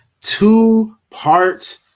two-part